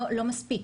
לא מספיק.